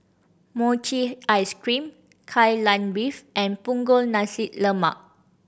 mochi ice cream Kai Lan Beef and Punggol Nasi Lemak